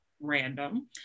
random